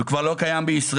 והוא כבר לא קיים בישראל.